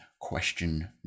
question